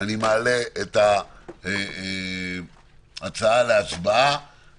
אני מעלה את ההצעה להצבעה.